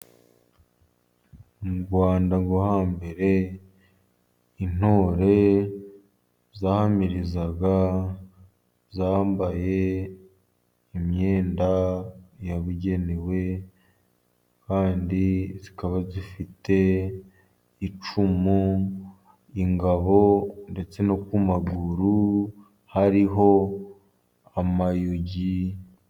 Mu Rwanda rwo hambere intore zahamirizaga zambaye imyenda yabugenewe, kandi zikaba zifite icumu, ingabo ndetse no ku maguru hariho amayugi.